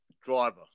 driver